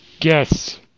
Yes